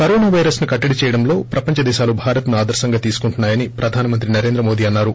corona పైరస్ను కట్లడి చేయడంలో ప్రపంచ దేశాలు భారత్ను ఆదర్పంగా తీసుకుంటున్నాయని ప్రధామంత్రి నరేంద్ర మోడీ అన్నారు